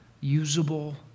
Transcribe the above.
usable